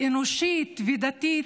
אנושית ודתית,